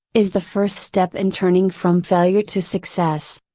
is the first step in turning from failure to success.